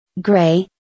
Gray